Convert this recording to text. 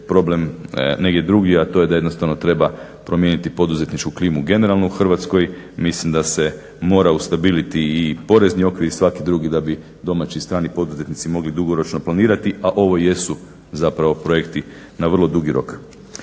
problem negdje drugdje, a to je da jednostavno treba promijeniti poduzetničku klimu generalno u Hrvatskoj. Mislim da se mora ustabiliti i porezni okvir i svaki drugi da bi domaći i strani poduzetnici mogli dugoročno planirati, a ovo jesu zapravo projekti na vrlo dugi rok.